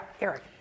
Eric